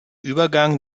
übergang